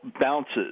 bounces